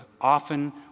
often